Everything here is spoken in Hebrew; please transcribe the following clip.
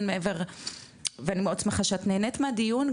מעבר ואני מאוד שמחה שאת נהנית מהדיון,